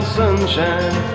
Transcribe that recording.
sunshine